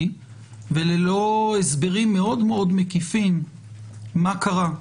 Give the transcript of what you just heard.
וללא הסברים מאוד מאוד מקיפים מה קרה.